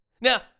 Now